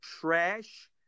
Trash